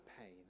pain